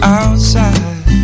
outside